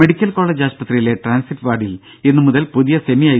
medical college ആശുപത്രിയിലെ transit വാർഡിൽ ഇന്നു മുതൽ പുതിയ സെമി ഐ